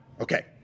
Okay